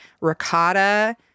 ricotta